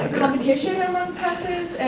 competition among presses and,